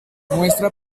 muestra